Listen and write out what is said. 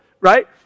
right